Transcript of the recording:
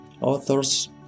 Authors